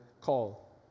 call